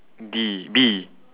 D B